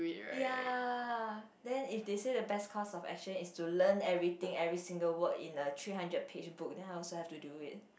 ya then if they said the best course of action is to learn everything every single word in a three hundred pages book then I also have to do it